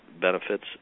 benefits